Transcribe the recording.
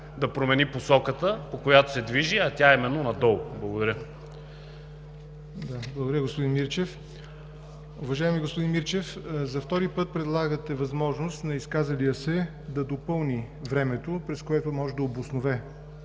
как да промени посоката, по която се движи, а тя е именно надолу. Благодаря. ПРЕДСЕДАТЕЛ ЯВОР НОТЕВ: Благодаря, господин Мирчев. Уважаеми господин Мирчев, за втори път предлагате възможност на изказалия се да допълни времето, през което може да обоснове